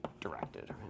directed